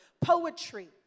poetry